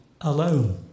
alone